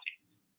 teams